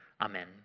Amen